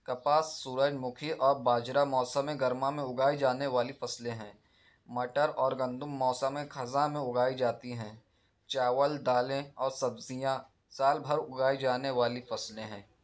کپاس سورج مکھی اور باجرہ موسم گرما میں اگائی جانے والی فصلیں ہیں مٹر اور گندم موسم خزاں میں اگائی جاتی ہیں چاول دالیں اور سبزیاں سال بھر اگائی جانے والی فصلیں ہیں